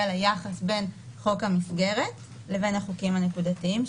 ליחס בין חוק המסגרת לבין החוקים הנקודתיים,